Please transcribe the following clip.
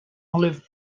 olive